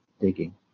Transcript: digging